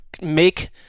make